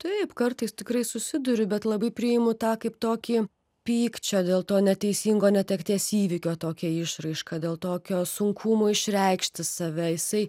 taip kartais tikrai susiduriu bet labai priimu tą kaip tokį pykčio dėl to neteisingo netekties įvykio tokią išraišką dėl tokio sunkumo išreikšti save jisai